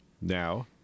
Now